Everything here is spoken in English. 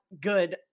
good